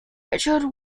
richard